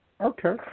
Okay